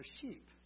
sheep